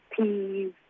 peas